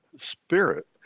spirit